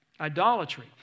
Idolatry